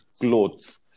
clothes